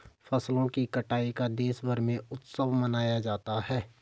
फसलों की कटाई का देशभर में उत्सव मनाया जाता है